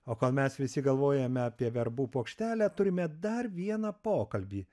o kol mes visi galvojame apie verbų puokštelę turime dar vieną pokalbį